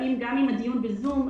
גם אם הדיון בזום,